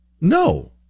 No